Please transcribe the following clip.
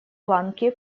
ланки